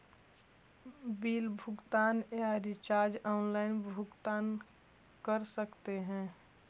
Bill भुगतान या recharge online भुगतान कर सकते हैं?